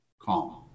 calm